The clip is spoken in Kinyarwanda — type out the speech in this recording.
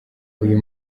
uyu